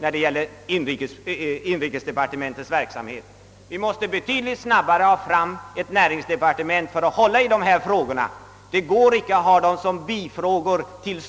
Det går inte att ha dem som bifrågor till